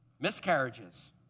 Miscarriages